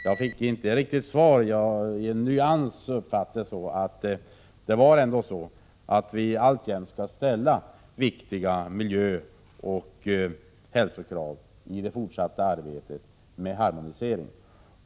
Något riktigt svar fick jag inte, men jag uppfattade det ändå så, att vi alljämt skall ställa miljöoch hälsokrav i det fortsatta arbetet på harmoniseringen.